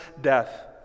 death